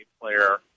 player